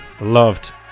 loved